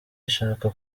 ishaka